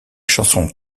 chanson